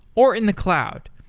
or in the cloud.